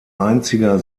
einziger